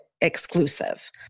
exclusive